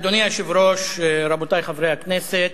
אדוני היושב-ראש, רבותי חברי הכנסת,